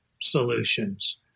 solutions